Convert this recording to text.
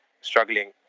struggling